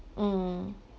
mm